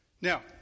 Now